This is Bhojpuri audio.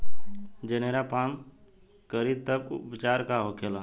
जनेरा पान करी तब उपचार का होखेला?